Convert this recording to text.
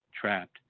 trapped